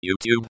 YouTube